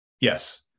Yes